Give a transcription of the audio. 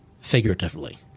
figuratively